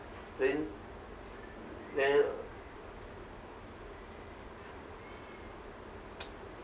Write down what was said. then then